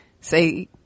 say